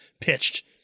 pitched